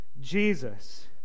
Jesus